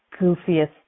goofiest